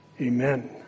Amen